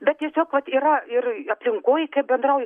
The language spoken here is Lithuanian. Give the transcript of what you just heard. bet tiesiog vat yra ir aplinkoj kaip bendrauji